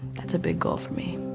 that's a big goal for me.